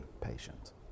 patient